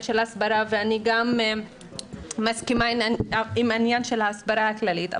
ההסברה ואני גם מסכימה עם הנושא של ההסברה הכללית,